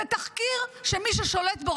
זה תחקיר שמי ששולט בו,